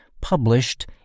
published